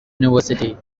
university